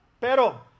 Pero